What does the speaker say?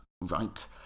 right